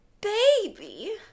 baby